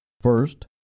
first